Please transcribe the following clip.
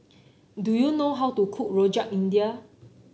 do you know how to cook Rojak India